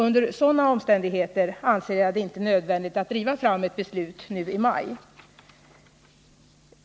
Under sådana omständigheter anser jag det inte nödvändigt att driva fram ett beslut nu i maj.